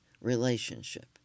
relationship